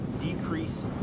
decrease